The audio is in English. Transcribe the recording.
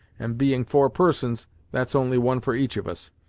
and being four persons that's only one for each of us.